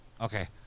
Okay